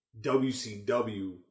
WCW